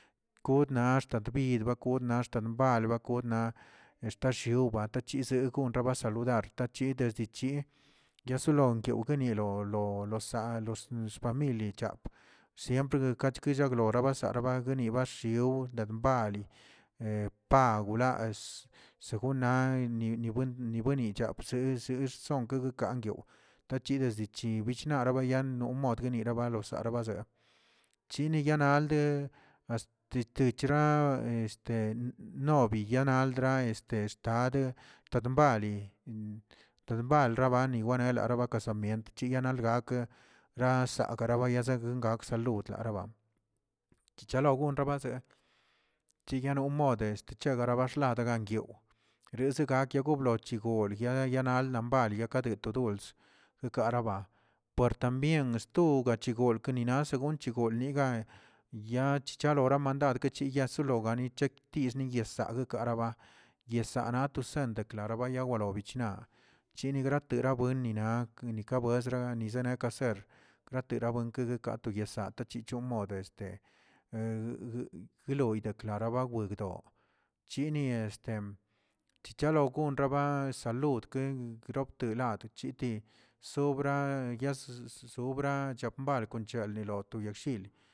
Kodna axta dbilba, godna axta mbalba, godna axta shiolba, chise gondaba salud artachi desdechi, ya salón yawguenilo olosa lo sfamil yechap siempre kachguichaw rabasa regniꞌ bshiow denbali rnira machigol paula lani segunna ni nibueni chapse ze rson gueguekaꞌ, tachidichichi wishna wiyan no mod niseraba losarabasa, chini yanalde hasta chechra no no biyanaldra este estad chakbali, takbali renwari badena ba kasamient chiganalgak rasarabayabak aksa lud laraba, chichalogon rabaze chiyano mode chixlabalaxa angyiw, res roblegoch gol ya yanbali to dols yakaraba, por también stugo chigolkeꞌ naꞌ según chigal nigaa ya chicholora mandadke yiyasonoganok chiktektik niyesague karaba yisana tosen declara yawaroo bichna, chini gratera buenni nak nikebrowesna nizene kaser gratera wen kegueka yesaa tachicho mode gloyi deklarara wigdoy, chini este chichalo gon raba saludkegroktel' tochiti sobra ya sobra chakmbal ganiloꞌ to yagshil.